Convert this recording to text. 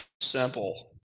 simple